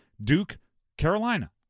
Duke-Carolina